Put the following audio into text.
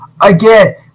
Again